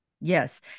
Yes